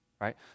right